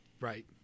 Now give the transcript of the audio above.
right